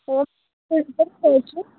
होस्